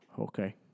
Okay